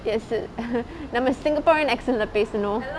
yes நம்ம:namma singaporean accent லே பேசனும்:le pesanum